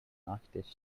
nachttisch